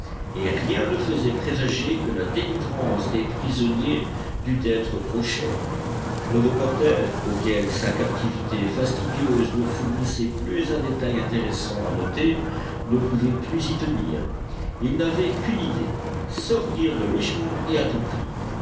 et rien ne faisait présager que la délivrance des prisonniers dût être prochaine le reporter auquel sa captivité fastidieuse ne fournissait plus un détail intéressant à noter ne pouvait plus y tenir il n'avait qu'une idée sortir de richmond et à tout prix